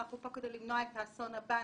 אנחנו פה כדי למנוע את האסון הבא.